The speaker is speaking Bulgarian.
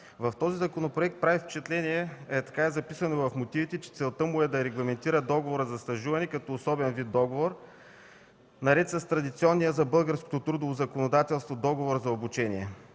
В този законопроект прави впечатление, така е записано и в мотивите, че целта му е да регламентира договора за стажуване като особен вид договор, наред с традиционния за българското трудово законодателство договор за обучение.